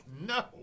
No